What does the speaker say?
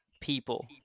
people